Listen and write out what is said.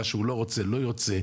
מה שהוא לא רוצה, לא יוצא.